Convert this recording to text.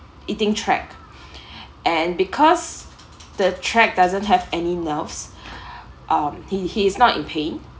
eating track and because the track doesn't have any nerves um he he's not in pain